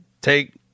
take